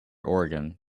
oregon